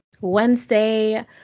Wednesday